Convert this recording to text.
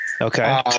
Okay